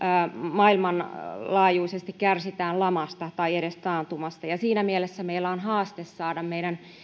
maailmanlaajuisesti kärsitään lamasta tai edes taantumasta siinä mielessä meillä on haaste saada meidän